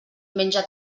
menja